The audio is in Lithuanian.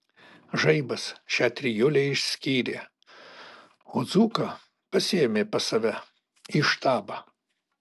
žaibas šią trijulę išskyrė o dzūką pasiėmė pas save į štabą